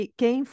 quem